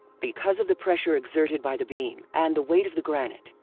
because of the pressure exerted by the beam and the weight of the granite,